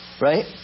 right